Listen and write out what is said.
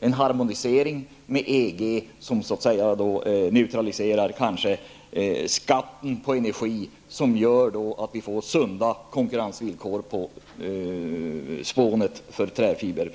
en harmonisering med EG som kanske neutraliserar skatten på energi och som gör att vi får sunda konkurrensvillkor för träfiber.